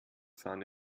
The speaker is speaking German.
sahne